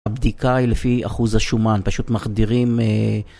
הבדיקה היא לפי אחוז השומן, פשוט מחדירים...